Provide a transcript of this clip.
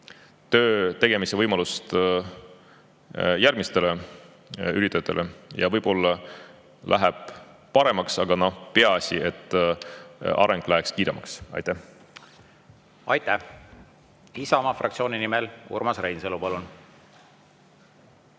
töö tegemise võimaluse järgmistele üritajatele. Võib-olla läheb paremaks, aga peaasi, et areng läheks kiiremaks. Aitäh! Aitäh! Isamaa fraktsiooni nimel Urmas Reinsalu, palun!